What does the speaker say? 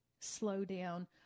slowdown